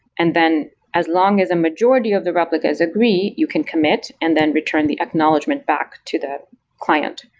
and then as long as a majority of the replicas agree, you can commit, and then return the acknowledgment back to the client.